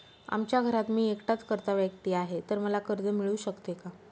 आमच्या घरात मी एकटाच कर्ता व्यक्ती आहे, तर मला कर्ज मिळू शकते का?